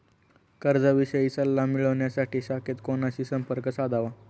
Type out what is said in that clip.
कर्जाविषयी सल्ला मिळवण्यासाठी शाखेत कोणाशी संपर्क साधावा?